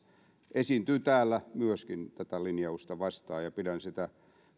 esiintyy myöskin täällä tätä linjausta vastaan pidän sitä